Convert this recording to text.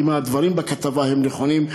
אם הדברים בכתבה נכונים,